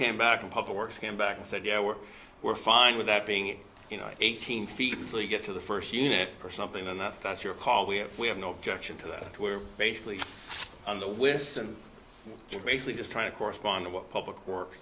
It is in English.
came back and public works came back and said yeah we're we're fine with that being you know eight hundred feet so you get to the first unit or something and that that's your call we have we have no objection to that we're basically on the list and you're basically just trying to correspond to what public works